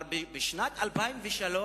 אבל בשנת 2003,